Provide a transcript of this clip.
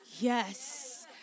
yes